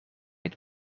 het